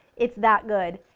it's that good.